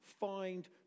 find